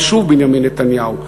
ושוב בנימין נתניהו,